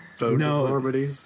No